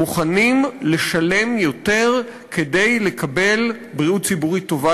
מוכנים לשלם יותר כדי לקבל בריאות ציבורית טובה